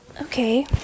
Okay